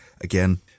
again